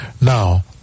now